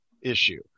issue